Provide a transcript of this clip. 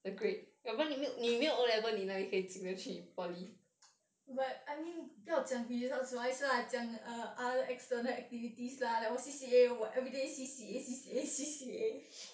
but I mean 不要讲 results wise lah 讲 err other external activities lah like 我 C_C_A 我 everyday C_C_A C_C_A C_C_A